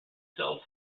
cell